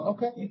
Okay